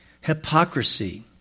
Hypocrisy